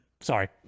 Sorry